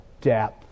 depth